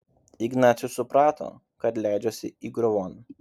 ignacius suprato kad leidžiasi įgriuvon